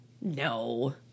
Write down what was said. No